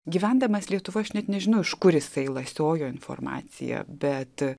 gyvendamas lietuvoj aš net nežinau iš kur jis tai lasiojo informaciją bet